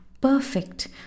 Perfect